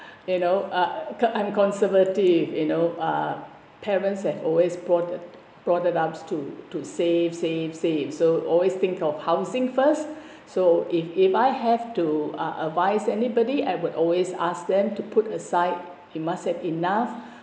you know uh I'm conservative you know uh parents have always brought brought us up to to save save save so always think of housing first so if if I have to uh advise anybody I would always ask them to put aside it must have enough